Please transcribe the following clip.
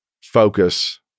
focus